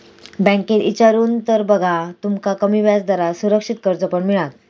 बँकेत इचारून तर बघा, तुमका कमी व्याजदरात सुरक्षित कर्ज पण मिळात